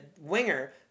winger